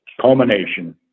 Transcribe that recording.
culmination